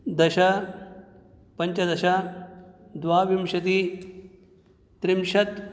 दश पञ्चदश द्वाविंशतिः त्रिंशत्